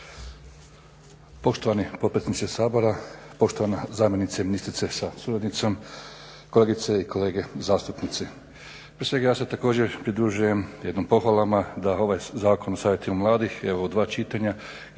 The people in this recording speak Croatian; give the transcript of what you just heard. Poštovani potpredsjedniče Sabora, poštovana zamjenice ministrice sa suradnicom, kolegice i kolege zastupnici. Prije svega ja se također pridružujem jednim pohvalama da ovaj Zakon o Savjetima mladih evo u dva čitanja